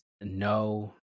no